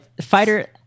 fighter